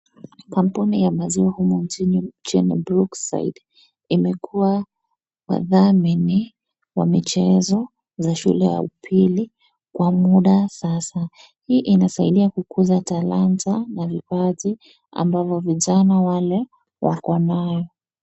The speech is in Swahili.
Kampuni ya maziwa humu nchini jina Brookside , imekuwa wadhamini wa michezo za shule ya upili kwa muda sasa. Hii inasaidia kukuza talanta na vipaji ambavyo vijana wale wako nayo.